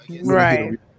right